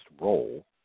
role